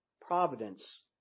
providence